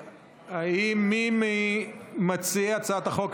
האם מי ממציעי הצעת החוק,